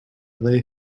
they